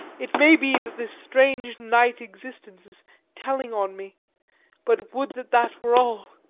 it may be that this strange night-existence is telling on me but would that that were all!